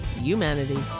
humanity